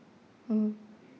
mm